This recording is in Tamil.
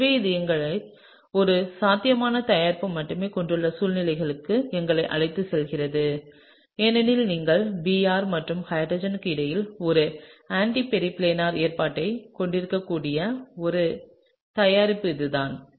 எனவே இது எங்களை ஒரு சாத்தியமான தயாரிப்பு மட்டுமே கொண்டுள்ள சூழ்நிலைக்கு எங்களை அழைத்துச் செல்கிறது ஏனெனில் நீங்கள் Br மற்றும் H க்கு இடையில் ஒரு ஆன்டி பெரிப்ளனார் ஏற்பாட்டைக் கொண்டிருக்கக்கூடிய ஒரே தயாரிப்பு இதுதான்